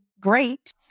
great